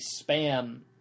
spam